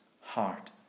heart